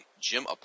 Jim